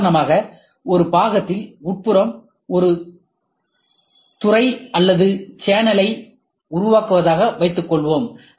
உதாரணமாக ஒரு பாகத்தில் உட்புறம் ஒரு துறை அல்லது சேனலை உருவாக்குவதாக வைத்துக்கொள்வோம்